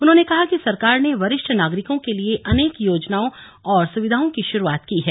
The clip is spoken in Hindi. उन्हों ने कहा कि सरकार ने वरिष्ठ नागरिकों के लिए अनेक योजनाओं और सुविधाओं की शुरुआत की है